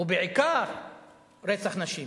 ובעיקר רצח נשים.